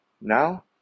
Now